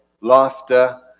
laughter